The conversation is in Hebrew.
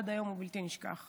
ושעד היום הוא בלתי נשכח.